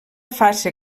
fase